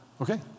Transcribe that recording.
Okay